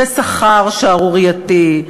ושכר שערורייתי,